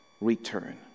return